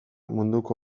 munduko